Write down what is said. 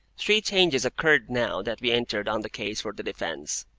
three changes occurred now that we entered on the case for the defence.